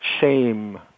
shame